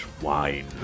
wine